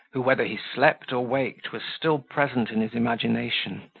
who, whether he slept or waked, was still present in his imagination,